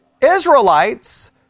Israelites